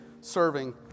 serving